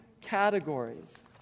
categories